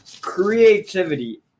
creativity